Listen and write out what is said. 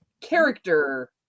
character